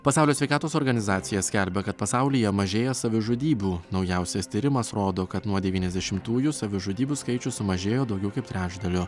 pasaulio sveikatos organizacija skelbia kad pasaulyje mažėja savižudybių naujausias tyrimas rodo kad nuo devyniasdešimtųjų savižudybių skaičius sumažėjo daugiau kaip trečdaliu